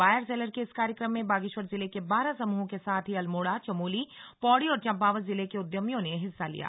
buyer seller के इस कार्यक्रम में बागेश्वर जिले के बारह समूहों के साथ ही अल्मोड़ा चमोली पौड़ी और चंपावत जिले के उद्यमियों ने हिस्सा लिया